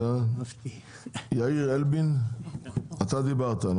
יאיר אלבין, אתה דיברת.